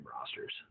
rosters